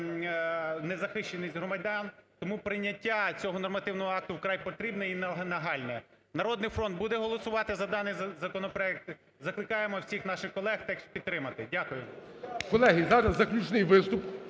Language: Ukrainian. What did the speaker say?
незахищеність громадян, тому прийняття цього нормативного акту вкрай потрібне і нагальне. "Народний фронт" буде голосувати за даний законопроект. Закликаємо всіх наших колег теж підтримати. Дякую.